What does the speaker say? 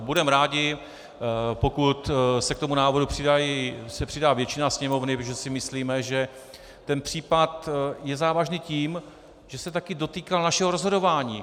Budeme rádi, pokud se k tomu návrhu přidá většina Sněmovny, protože si myslíme, že ten případ je závažný tím, že se také dotýká našeho rozhodování.